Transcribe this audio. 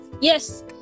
yes